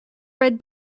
red